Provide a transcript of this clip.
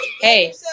hey